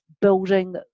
building